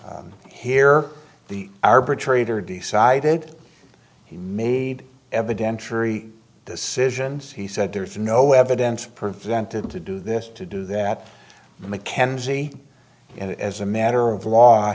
here the arbitrator decided he made evidentiary decisions he said there's no evidence presented to do this to do that mckenzie and as a matter of law